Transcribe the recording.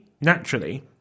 naturally